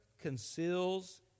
conceals